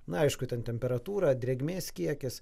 na aišku ten temperatūra drėgmės kiekis